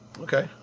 Okay